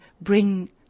bring